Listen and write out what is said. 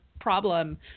problem